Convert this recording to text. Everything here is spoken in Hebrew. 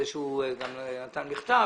הוא גם נתן מכתב